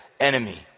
enemy